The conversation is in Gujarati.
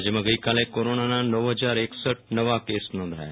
રાજ્યમાં ગઈકાલે કોરોના નવ હજાર એકસઠ નવા કેસ નોંધાયા